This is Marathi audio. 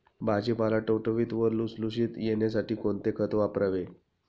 भाजीपाला टवटवीत व लुसलुशीत येण्यासाठी कोणते खत वापरावे?